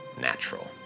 natural